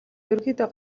ерөнхийдөө